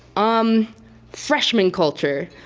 um freshman culture.